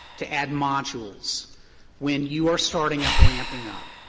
to add modules when you're starting up, ramping up.